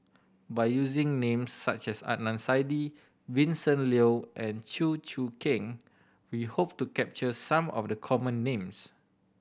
by using names such as Adnan Saidi Vincent Leow and Chew Choo Keng we hope to capture some of the common names